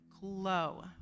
glow